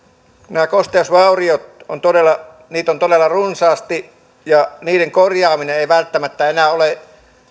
näitä kosteusvaurioita on todella runsaasti ja niiden korjaaminen ei välttämättä enää ole